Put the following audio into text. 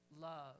love